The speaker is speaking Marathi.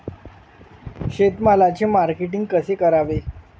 शेतमालाचे मार्केटिंग कसे करावे?